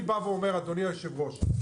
אדוני היושב-ראש,